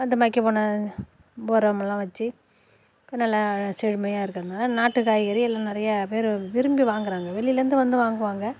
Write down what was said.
அந்த மக்கி போன உரமெல்லாம் வச்சி நல்ல செழுமையாக இருக்கிறனால நாட்டுக் காய்கறி எல்லாம் நிறைய பேர் விரும்பி வாங்குகிறாங்க வெளிலேருந்து வந்து வாங்குவாங்க